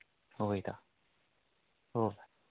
ꯍꯣꯏ ꯍꯣꯏ ꯏꯇꯥꯎ ꯑꯣ